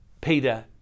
Peter